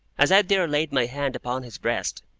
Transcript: as i there laid my hand upon his breast,